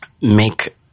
make